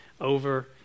Over